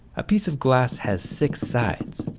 a piece of glass has six sides